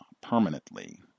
permanently